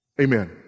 Amen